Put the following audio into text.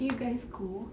where did you guys go